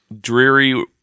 dreary